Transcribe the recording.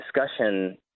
discussion